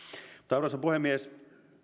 arvoisa puhemies